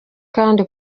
kandi